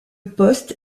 poste